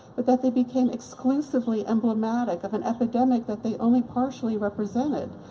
but that they became exclusively emblematic of an epidemic that they only partially represented,